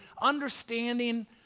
understanding